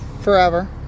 forever